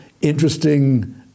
interesting